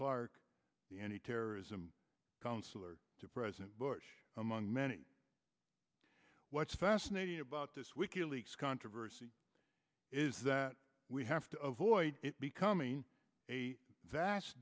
the any terrorism counselor to president bush among many what's fascinating about this weekend leaks controversy is that we have to of void it becoming a